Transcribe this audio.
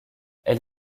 elle